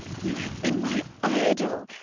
you have been my idol,